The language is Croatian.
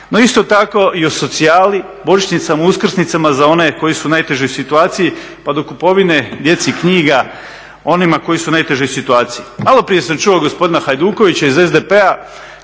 no isto tako i o socijali božićnicama, uskrsnicama za one koji su u najtežoj situaciji pa do kupovine djeci knjiga onima koji su u najtežoj situaciji. Malo prije sam čuo gospodina Hajdukovića iz SDP-a